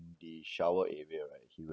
in the shower area like he will